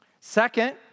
Second